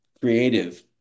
creative